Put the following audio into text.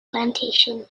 plantation